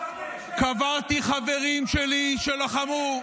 קברתי חברים שלי שלחמו.